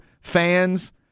fans